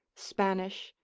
spanish,